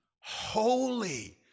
holy